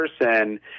person